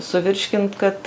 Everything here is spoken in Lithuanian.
suvirškint kad